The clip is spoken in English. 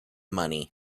money